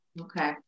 okay